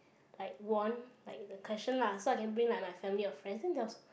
like one like the question lah so I can bring like my family or friend that was